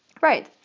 Right